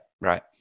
right